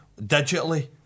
digitally